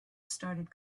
started